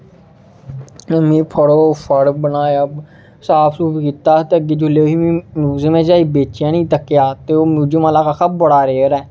ते में फटोफट बनाया साफ सूफ कीता ते जेल्लै में म्यूजियम च जाई बेचेआ नी तक्केआ ते ओह् म्यूजियम आह्ला आखा दा बड़ा रेयर ऐ